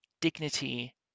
dignity